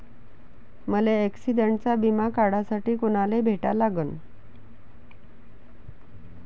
मले ॲक्सिडंटचा बिमा काढासाठी कुनाले भेटा लागन?